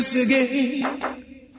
Again